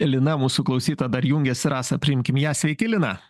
lina mūsų klausytoja dar jungiasi rasa priimkim ją sveiki lina